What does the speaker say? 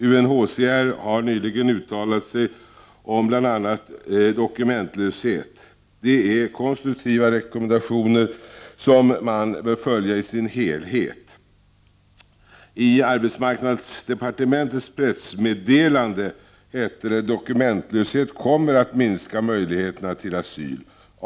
UNHCR har nyligen uttalat sig om bl.a. dokumentlöshet. Det är konstruktiva rekomendationer, som man bör följa i dess helhet. I arbetsmarknadsdepartementets pressmeddelande heter det: ”Dokumentlöshet kommer att minska möjligheterna till asyl.